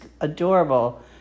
adorable